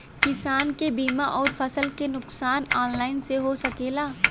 किसान के बीमा अउर फसल के नुकसान ऑनलाइन से हो सकेला?